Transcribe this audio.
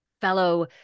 fellow